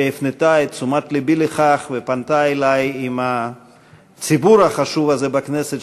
שהפנתה את תשומת לבי לכך ופנתה אלי עם הציבור החשוב הזה בכנסת,